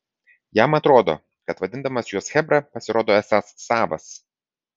jam atrodo kad vadindamas juos chebra pasirodo esąs savas